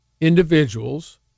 individuals